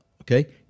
Okay